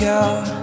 out